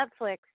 Netflix